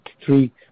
three